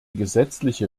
gesetzliche